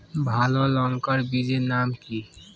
ভালো লঙ্কা বীজের নাম কি?